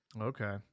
Okay